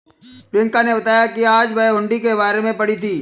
प्रियंका ने बताया कि आज वह हुंडी के बारे में पढ़ी थी